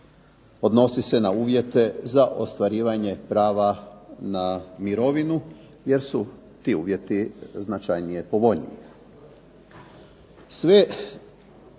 odnosi se na uvjete za ostvarivanje prava na mirovinu jer su ti uvjeti značajnije povoljniji.